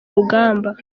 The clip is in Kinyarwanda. rugamba